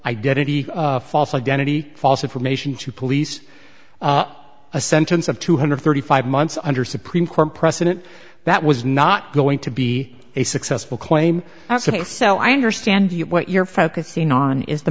identity false identity false information to police a sentence of two hundred thirty five months under supreme court precedent that was not going to be a successful claim so i understand what you're focusing on is the